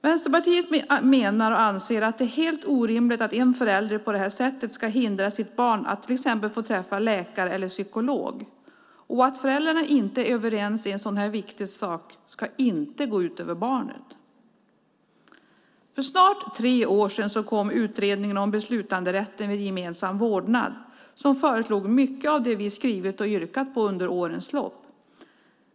Vänsterpartiet menar att det är helt orimligt att en förälder på det här sättet kan hindra sitt barn från att få träffa till exempel läkare eller psykolog. Att föräldrarna inte är överens i en sådan här viktig sak ska inte gå ut över barnet. För snart tre år sedan kom utredningen om beslutanderätt vid gemensam vårdnad, som föreslog mycket av det vi skrivit och yrkat på under årens lopp.